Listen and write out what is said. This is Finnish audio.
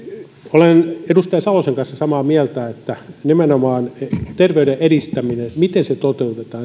olen edustaja salosen kanssa samaa mieltä että nimenomaan terveyden edistäminen miten se toteutetaan